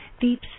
deep